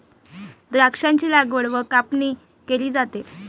द्राक्षांची लागवड व कापणी केली जाते